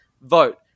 vote